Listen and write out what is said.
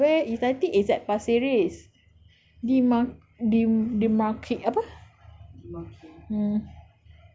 it was it was two years ago lah but where is I think it's at pasir ris the mar~ the mark~ apa